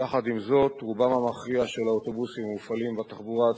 הזה ותציל את המשפחות האלה מחרפה.